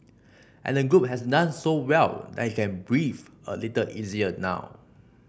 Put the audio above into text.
and the group has done so well that he can breathe a little easier now